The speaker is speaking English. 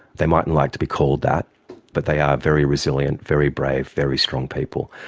they mightn't like to be called that but they are very resilient, very brave, very strong people,